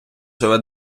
живе